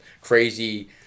crazy